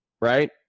right